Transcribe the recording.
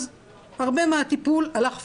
אז הרבה מהטיפול הלך פייפן.